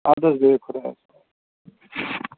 اَدٕ حظ بِہِو خۄدایَس